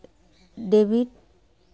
debit